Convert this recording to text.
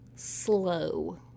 slow